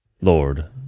Lord